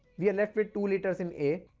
we are left with two litres in a.